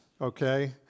okay